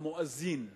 המואזין,